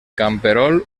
camperol